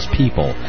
people